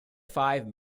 five